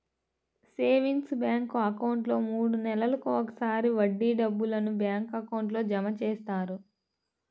savings bank అకౌంట్లో మూడు నెలలకు ఒకసారి వడ్డీ డబ్బులను బ్యాంక్ అకౌంట్లో జమ చేస్తారు